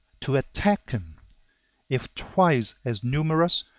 to attack him if twice as numerous,